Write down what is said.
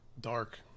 dark